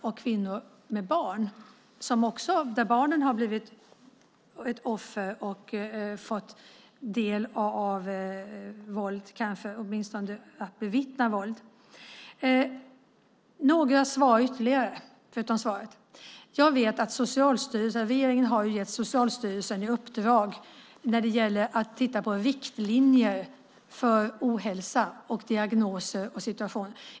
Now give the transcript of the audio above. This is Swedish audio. Det gäller även kvinnor med barn, där barnen blivit offer och fått ta del av våldet, eller åtminstone bevittnat våld. Låt mig ge ytterligare några svar. Regeringen har gett Socialstyrelsen i uppdrag att titta på riktlinjer för ohälsa, diagnoser och olika situationer.